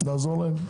לעזור להם?